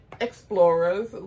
explorers